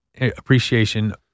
appreciation